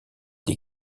des